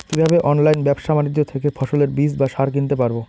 কীভাবে অনলাইন ব্যাবসা বাণিজ্য থেকে ফসলের বীজ বা সার কিনতে পারবো?